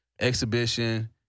exhibition